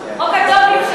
חוק הג'ובים,